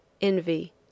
envy